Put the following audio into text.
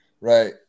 Right